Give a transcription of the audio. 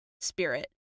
spirit